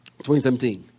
2017